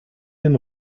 den